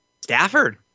Stafford